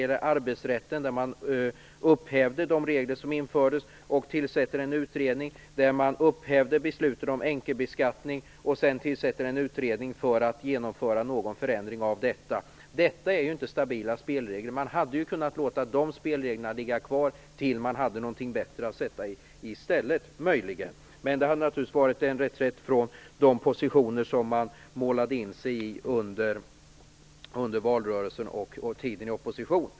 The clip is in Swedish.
På arbetsrättens område upphävde man de regler som infördes och tillsatte en utredning. Man upphävde beslutet om enkelbeskattning och tillsatte en utredning för att genomföra någon förändring av detta. Detta är inte stabila spelregler. Man hade möjligen kunnat låta de spelreglerna ligga kvar tills man hade något bättre att sätta i stället. Det hade naturligtvis varit en reträtt från de positioner som man målade in sig i under valrörelsen och tiden i opposition.